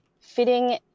fitting